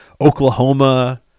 Oklahoma